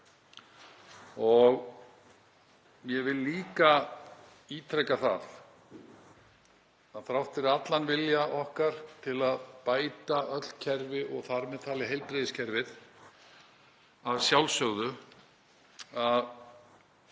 Ég vil líka ítreka það að þrátt fyrir allan vilja okkar til að bæta öll kerfi, þar með talið heilbrigðiskerfið að sjálfsögðu,